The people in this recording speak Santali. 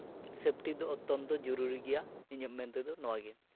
ᱥᱮᱯᱴᱤ ᱫᱚ ᱚᱛᱛᱚᱱᱛᱚ ᱡᱩᱨᱩᱨᱤ ᱜᱮᱭᱟ ᱤᱧᱟᱹᱜ ᱢᱮᱱ ᱛᱮᱫᱚ ᱱᱚᱣᱟᱜᱮ